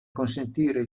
consentire